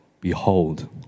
Behold